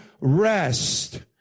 rest